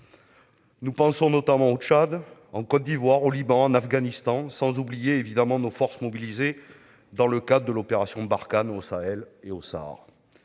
Je pense notamment au Tchad, à la Côte d'Ivoire, au Liban, à l'Afghanistan, sans oublier nos forces mobilisées dans le cadre de l'opération Barkhane au Sahel et au Sahara.